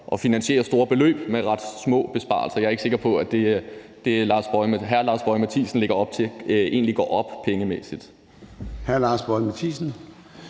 at finansiere store beløb med ret små besparelser. Jeg er ikke sikker på, at det, hr. Lars Boje Mathiesen lægger op til, egentlig går op pengemæssigt.